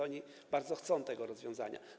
Oni bardzo chcą tego rozwiązania.